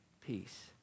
peace